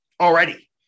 already